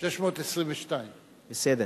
622. בסדר.